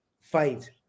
fight